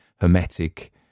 hermetic